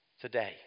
Today